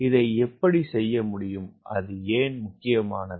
இதை எப்படிச் செய்ய முடியும் அது ஏன் முக்கியமானது